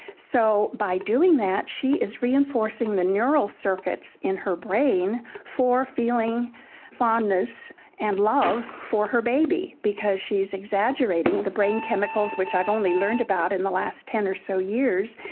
so by doing that she is reinforcing the neural circuits in her brain for feeling fondness and love for her baby because she is exaggerating the brain chemicals, which i've only learned about in the last ten or so years.